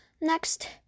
Next